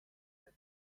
der